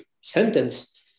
sentence